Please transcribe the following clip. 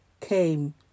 came